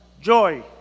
joy